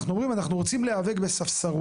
אנחנו אומרים שאנחנו רוצים להיאבק בספסרות,